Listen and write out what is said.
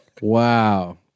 Wow